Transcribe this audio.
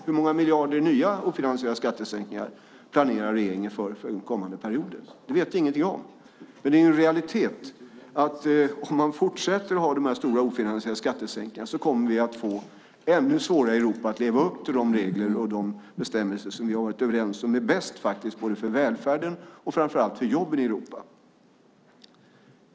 Hur många miljarder i nya, ofinansierade skattesänkningar planerar regeringen för under den kommande perioden? Det vet vi ingenting om. Men det är en realitet att om man fortsätter att göra de här stora ofinansierade skattesänkningarna kommer vi att få ännu svårare i Europa att leva upp till de regler och de bestämmelser som vi har varit överens om är bäst, för välfärden och framför allt för jobben i Europa.